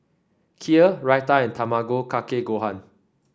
Kheer Raita and Tamago Kake Gohan